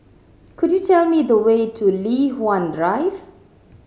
could you tell me the way to Li Hwan Drive